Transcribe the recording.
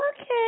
Okay